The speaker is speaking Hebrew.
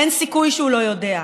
ואין סיכוי שהוא לא יודע,